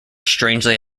strangely